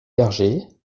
berger